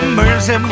mercy